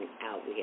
out